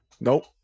Nope